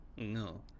no